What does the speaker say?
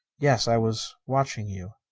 yes i was watching you.